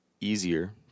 easier